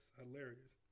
hilarious